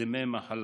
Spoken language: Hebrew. דמי מחלה.